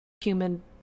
human